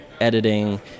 editing